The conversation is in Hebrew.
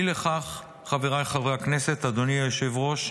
אי לכך, חבריי חברי הכנסת, אדוני היושב-ראש,